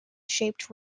shaped